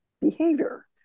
behavior